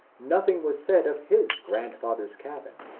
nothing was said of his grandfather's cabin,